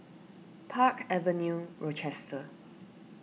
Park Avenue Rochester